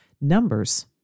numbers